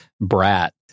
brat